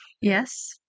yes